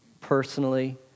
personally